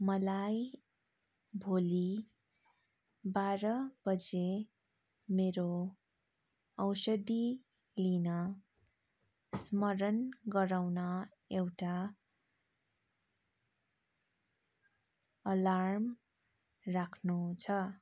मलाई भोलि बाह्र बजी मेरो औषधी लिन स्मरण गराउन एउटा अलार्म राख्नु छ